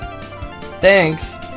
Thanks